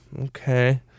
okay